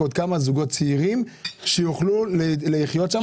כמה זוגות צעירים יוכלו לבוא ולחיות שם.